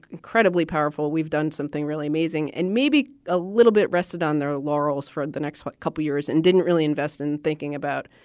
incredibly powerful. we've done something really amazing and maybe a little bit rested on their laurels for the next couple years and didn't really invest in thinking about,